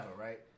right